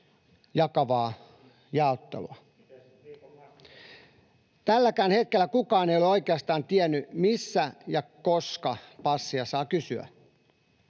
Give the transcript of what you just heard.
Tälläkään hetkellä kukaan ei ole oikeastaan tiennyt, missä ja koska passia saa kysyä.